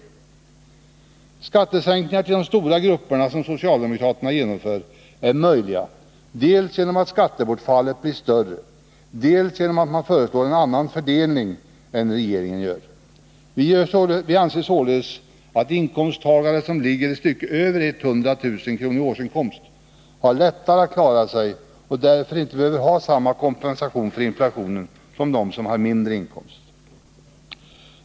De skattesänkningar för de stora grupperna som socialdemokraterna genomför är möjliga dels genom att skattebortfallet blir större, dels genom att man föreslår en annan fördelning än regeringen gör. Vi anser således att inkomsttagare som ligger ett stycke över 100 000 kr. i årsinkomst har lättare att klara sig och därför inte behöver ha samma kompensation för inflationen som de som har mindre inkomst.